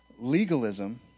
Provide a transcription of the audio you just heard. Legalism